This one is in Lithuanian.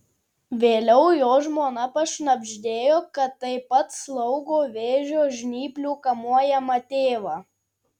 vėliau jo žmona pašnabždėjo kad taip pat slaugo vėžio žnyplių kamuojamą tėvą